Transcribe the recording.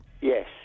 Yes